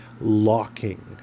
locking